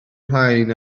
rhain